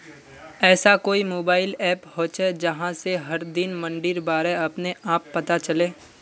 ऐसा कोई mobile app होचे जहा से हर दिन मंडीर बारे अपने आप पता चले?